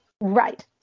right